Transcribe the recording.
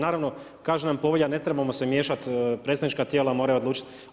Naravno, kaže nam povelja ne trebamo se miješati, predstavnička tijela moraju odlučiti.